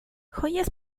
joyas